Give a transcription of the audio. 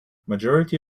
majority